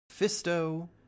fisto